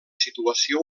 situació